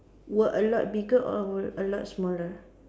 were a lot bigger or a lot smaller